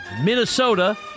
Minnesota